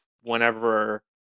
whenever